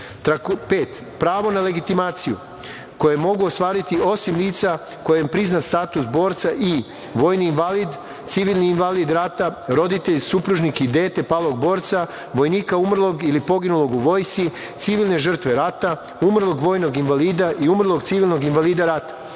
pravo na legitimaciju koje mogu ostvariti osim lica kojim je priznat status borca i vojni invalid, civilni invalid rata, roditelj, supružnik i dete palog borca, vojnika umrlog ili poginulog u vojsci, civilne žrtve rata, umrlog vojnog invalida i umrlog civilnog invalida rata.